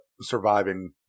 surviving